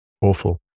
Awful